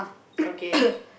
okay